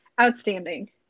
Outstanding